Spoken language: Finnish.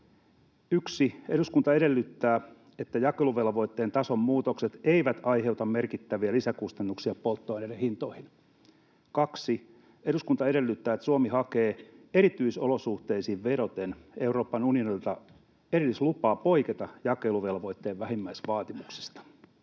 ”1. Eduskunta edellyttää, että jakeluvelvoitteen tason muutokset eivät aiheuta merkittäviä lisäkustannuksia polttoaineiden hintoihin.” ”2. Eduskunta edellyttää, että Suomi hakee erityisolosuhteisiin vedoten Euroopan unionilta erillislupaa poiketa jakeluvelvoitteen vähimmäisvaatimuksista.”